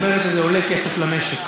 היא אומרת שזה עולה כסף למשק.